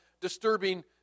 disturbing